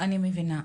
אני מבינה.